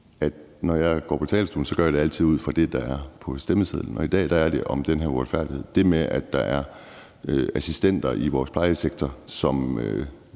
at når jeg går på talerstolen, gør jeg det altid ud fra det, der er på dagsordenen, og i dag er det om den her uretfærdighed. Det med, at der er assistenter i vores plejesektor, som